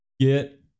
Get